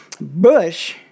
Bush